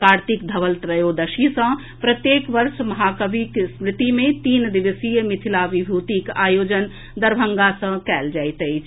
कार्तिक धवल त्रयोदशी सॅ प्रत्येक वर्ष महाकविक स्मृति मे तीन दिवसीय मिथिला विभूतिक आयोजन दरभंगा मे कयल जाइत अछि